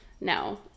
no